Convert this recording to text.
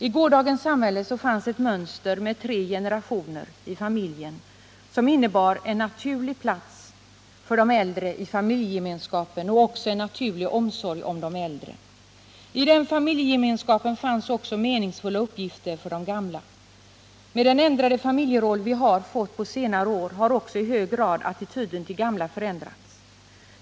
I gårdagens samhälle fanns ett mönster med tre generationer i familjen som innebar en naturlig plats för de äldre i familjegemenskapen och också en naturlig omsorg om de äldre. I den familjegemenskapen fanns också meningsfulla uppgifter för de gamla. Med den ändrade familjeroll vi fått på senare år har också i hög grad attityden till gamla förändrats.